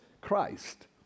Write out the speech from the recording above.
Christ